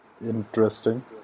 interesting